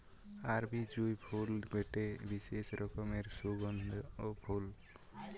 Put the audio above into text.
আরবি জুঁই ফুল গটে বিশেষ রকমের সুগন্ধিও ফুল